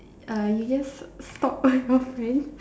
uh you just stalk all your friends